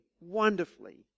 wonderfully